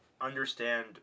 understand